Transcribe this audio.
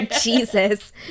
Jesus